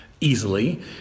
easily